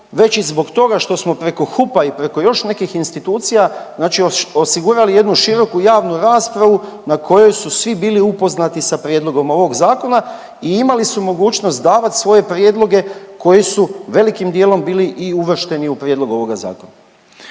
već i zbog toga što smo preko HUP-a i preko još nekih institucija osigurali jednu široku javnu raspravu na kojoj su svi bili upoznati sa prijedlogom ovog zakona i imali su mogućnost davat svoje prijedloge koji su velikim dijelom bili uvršteni i u prijedlog ovoga zakona.